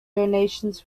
donations